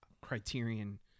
Criterion